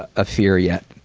ah a fear yet.